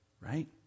right